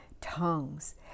tongues